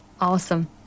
awesome